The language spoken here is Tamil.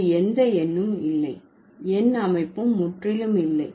இங்கு எந்த எண்ணும் இல்லை எண் அமைப்பும் முற்றிலும் இல்லை